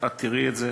את תראי את זה.